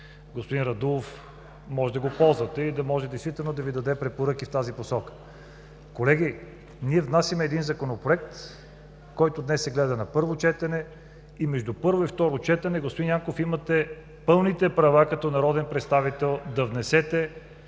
господин Рановски, действително да Ви даде препоръки в тази посока. Колеги, ние внасяме един Законопроект, който днес се гледа на първо четене и между първо и второ четене, господин Янков, имате пълните права като народен представител да внесете